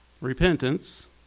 Repentance